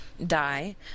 die